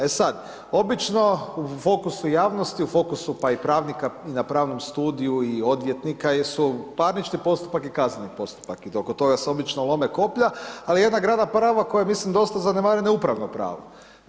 E sad, obično u fokusu javnosti, u fokusu pa i pravnika na pravnom studiju i odvjetnika jesu parnički postupak i kazneni postupak i oko toga se obično lome koplja, ali jedna grana prava koja je mislim dosta zanemarena je upravno pravo.